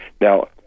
Now